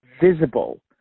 visible